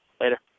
Later